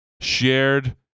shared